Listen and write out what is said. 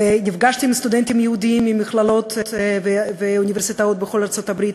נפגשתי עם סטודנטים יהודים ממכללות ואוניברסיטאות בכל ארצות-הברית,